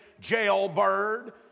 jailbird